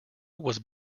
was